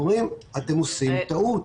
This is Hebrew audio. ואומרים שאתם עושים טעות,